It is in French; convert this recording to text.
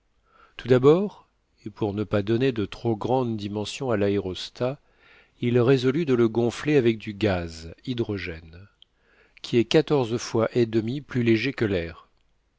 tout d'abord et pour ne pas donner de trop grandes dimensions à l'aérostat il résolut de le gonfler avec du gaz hydrogène qui est quatorze fois et demie plus léger